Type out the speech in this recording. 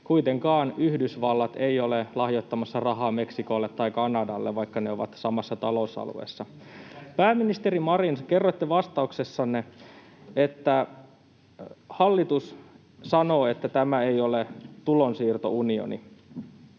Kuitenkaan Yhdysvallat ei ole lahjoittamassa rahaa Meksikolle tai Kanadalle, vaikka ne ovat samassa talousalueessa. Pääministeri Marin, kerroitte vastauksessanne, että hallitus sanoo, että tämä ei ole tulonsiirtounioni,